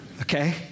Okay